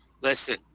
listen